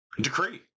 decree